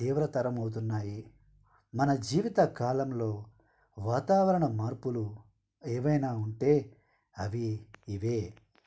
తీవ్రతరం అవుతున్నాయి మన జీవిత కాలంలో వాతావరణ మార్పులు ఏవైనా ఉంటే అవి ఇవే